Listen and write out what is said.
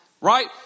Right